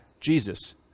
Jesus